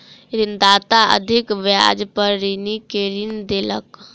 ऋणदाता अधिक ब्याज पर ऋणी के ऋण देलक